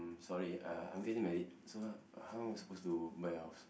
sorry uh I'm getting married so uh how I supposed to buy house